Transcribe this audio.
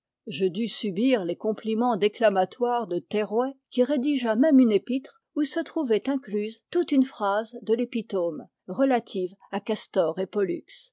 je dus subir les compliments déclamatoires de terrouet qui rédigea même une épître où se trouvait incluse toute une phrase de l'epitome relative à castor et pollux